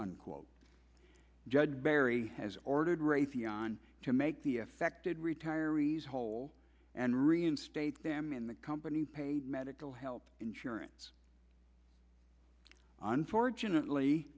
unquote judge berry has ordered raytheon to make the affected retirees whole and reinstate them in the company pay medical health insurance unfortunately